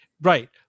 Right